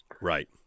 Right